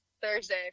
Thursday